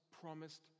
promised